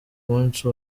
munsi